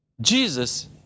Jesus